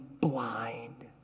blind